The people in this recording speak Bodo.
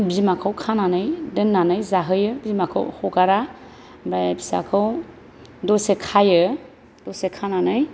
बिमाखौ खानानै दोन्नानै जाहोयो बिमाखौ हगारा आमफ्राय फिसाखौ दसे खायो दसे खानानै